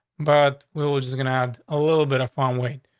but we're we're just gonna have a little bit of fun. wait.